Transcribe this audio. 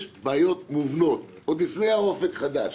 יש בעיות מובנות, עוד לפני "אופק חדש"